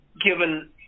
given